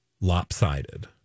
lopsided